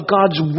God's